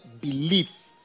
belief